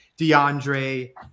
DeAndre